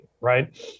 right